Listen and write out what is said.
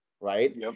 Right